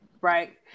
right